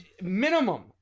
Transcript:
Minimum